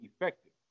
effective